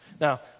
Now